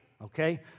Okay